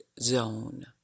zone